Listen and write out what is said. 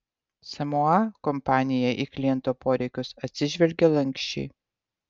samoa kompanija į kliento poreikius atsižvelgė lanksčiai